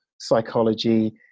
psychology